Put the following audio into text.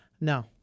No